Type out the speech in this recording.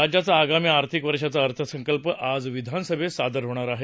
राज्याचा आगामी आर्थिक वर्षाचा अर्थसंकल्प आज विधानसभेत सादर होणार आहे